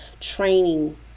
training